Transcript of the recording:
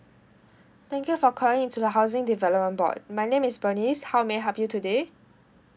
thank you for calling in to the housing development board my name is bernice how may I help you today